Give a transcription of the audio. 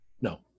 No